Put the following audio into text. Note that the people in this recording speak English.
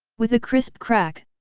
with a crisp crack,